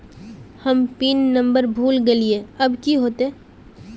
हम pin number भूल गलिऐ अब की होते?